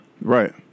Right